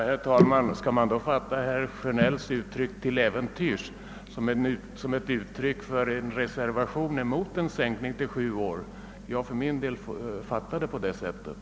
Herr talman! Skall man fatta herr Sjönells uttryck »till äventyrs» som en reservation emot en sänkning av åldersgränsen till 7 år? Jag för min del måste fatta det på det sättet.